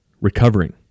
Recovering